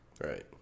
right